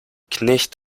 knecht